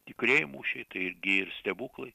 tikrieji mūšiai tai irgi ir stebuklai